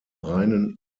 reinen